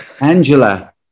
Angela